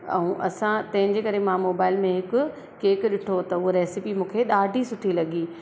ऐं असां तंहिंजे करे मां मोबाइल में हिकु केक ॾिठो त उहो रेसिपी मूंखे ॾाढी सुठी लॻी